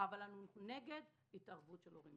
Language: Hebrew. אבל אנחנו נגד התערבות של הורים.